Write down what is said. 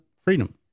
Freedom